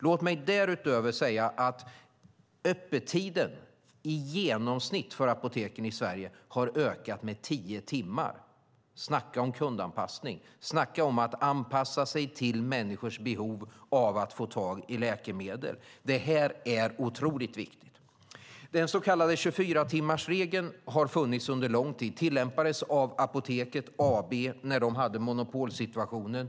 Låt mig därutöver säga att öppettiderna för apoteken i Sverige i genomsnitt har ökat med tio timmar. Snacka om kundanpassning! Snacka om att anpassa sig till människors behov av att få tag i läkemedel! Detta är otroligt viktigt. Den så kallade 24-timmarsregeln har funnits under lång tid och tillämpades av Apoteket AB när de hade monopolsituationen.